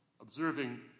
observing